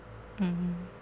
mm